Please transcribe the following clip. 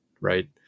right